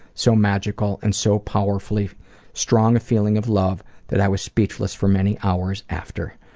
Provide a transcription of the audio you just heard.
so magical and so powerfully strong a feeling of love that i was speechless for many hours after.